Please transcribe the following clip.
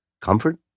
comfort